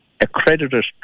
accredited